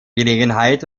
gelegenheit